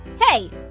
hey,